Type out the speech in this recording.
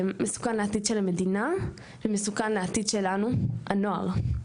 מסוכן לעתיד של המדינה ומסוכן לעתיד שלנו, הנוער.